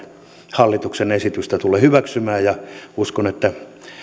hallituksen esitystä tule hyväksymään ja uskon että